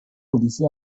پلیسی